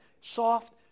soft